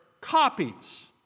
copies